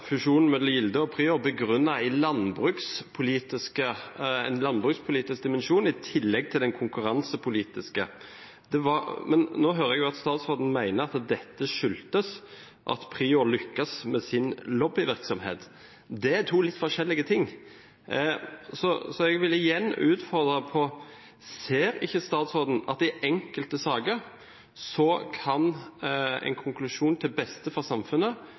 fusjonen mellom Gilde og Prior begrunnet i en landbrukspolitisk dimensjon i tillegg til den konkurransepolitiske. Nå hører jeg at statsråden mener at dette skyldtes at Prior lyktes med sin lobbyvirksomhet. Det er to litt forskjellige ting. Jeg vil igjen utfordre på om ikke statsråden ser at i enkelte saker kan en konklusjon til beste for samfunnet